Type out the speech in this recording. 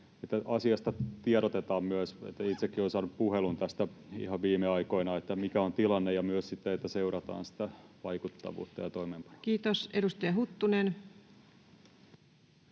asiasta myös tiedotetaan — itsekin olen saanut tästä ihan viime aikoina puhelun, että mikä on tilanne — ja sitten myös, että seurataan sitä vaikuttavuutta ja toimeenpanoa. Kiitos. — Edustaja Huttunen.